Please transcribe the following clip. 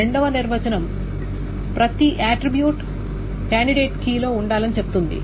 రెండవ నిర్వచనం ప్రతి ఆట్రిబ్యూట్ కాండిడేట్ కీలో ఉండాలని చెప్తుంది